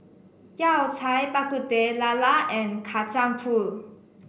Yao Cai Bak Kut Teh Lala and Kacang Pool